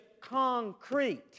concrete